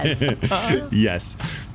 Yes